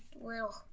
little